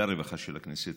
הרווחה והבריאות של הכנסת.